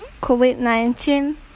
COVID-19